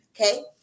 okay